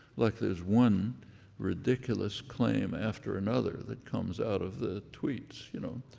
like there's one ridiculous claim after another that comes out of the tweets you know,